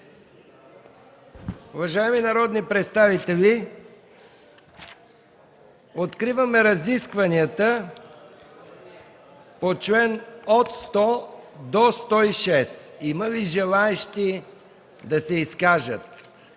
Уважаеми народни представители, откриваме разискванията по членове от 100 до 106. Има ли желаещи да се изкажат